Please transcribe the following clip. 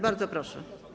Bardzo proszę.